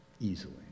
easily